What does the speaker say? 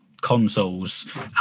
consoles